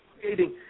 creating